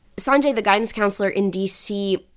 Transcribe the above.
sanjay, the guidance counselor in d c.